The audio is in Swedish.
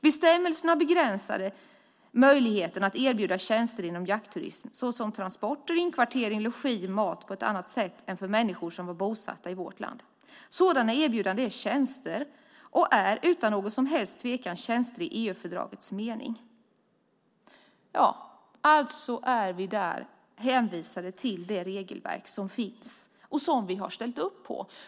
Bestämmelserna begränsade möjligheten att erbjuda tjänster inom jaktturismen, såsom transporter, inkvartering, logi och mat, på ett annat sätt än för människor som var bosatta i vårt land. Sådana erbjudanden är tjänster och är, utan någon som helst tvekan, tjänster i EG-fördragets mening." Alltså är vi där hänvisade till det regelverk som finns och som vi har ställt upp på.